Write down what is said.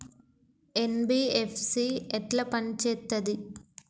NBFC ఎట్ల పని చేత్తది?